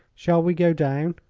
shall we go down?